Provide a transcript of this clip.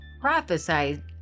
prophesied